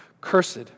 cursed